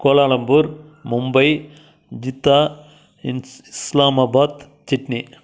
Kuala Lumpur Mumbai Jeddah Islamabad Sydney